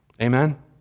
Amen